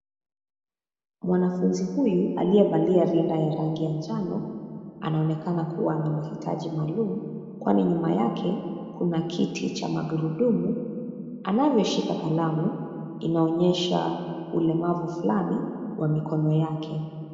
Mwanafunzi huyu aliyevalia rinda ya rangi ya njano anaonekana kuwa na mahitaji maalum kwani nyuma yake kuna kiti cha magurudumu, anavyoshika kalamu inaonyesha ulemavu fulani wa mikono yake.